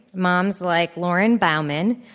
moms like lauren bauman,